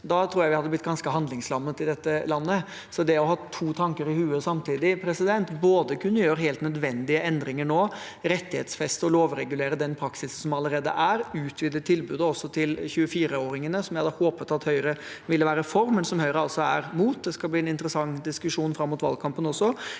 Da tror jeg vi hadde blitt ganske handlingslammet i dette landet. Så en må kunne ha to tanker i hodet samtidig. Det å gjøre helt nødvendige endringer nå, rettighetsfeste og lovregulere den praksisen som allerede er, og utvide tilbudet også til 24-åringene, noe som jeg hadde håpet at Høyre ville være for, men som Høyre altså er mot – det skal bli en interessant diskusjon fram mot valgkampen –